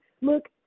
look